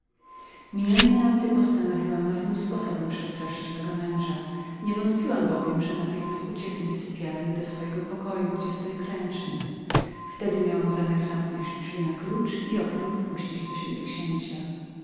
tej nocy postanowiłam nowym sposobem przestraszyć mego męża nie wątpiłam bowiem że natychmiast ucieknie z pokoju do swojej modlitewni wtedy miałam zamiar zamknąć drzwi na klucz i oknem wpuścić do siebie księcia